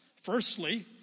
Firstly